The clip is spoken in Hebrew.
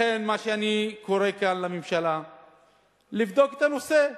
לכן אני קורא כאן לממשלה לבדוק את הנושא.